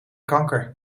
kanker